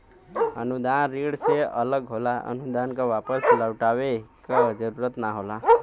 अनुदान ऋण से अलग होला अनुदान क वापस लउटाये क जरुरत ना होला